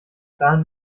damit